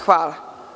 Hvala.